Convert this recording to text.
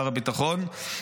שר הביטחון.